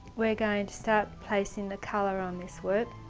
we're going to start placing the colour on this work.